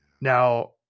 Now